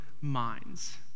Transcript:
minds